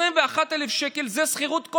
21,000 שקל זו השכירות,